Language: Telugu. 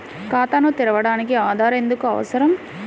ఖాతాను తెరవడానికి ఆధార్ ఎందుకు అవసరం?